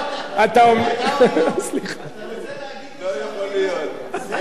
אתה רוצה להגיד לי שאפילו זה לא עוזר?